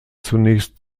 zunächst